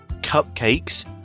cupcakes